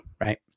Right